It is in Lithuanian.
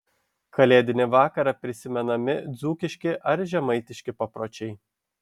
kalėdinį vakarą prisimenami dzūkiški ar žemaitiški papročiai